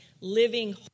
living